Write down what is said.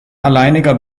alleiniger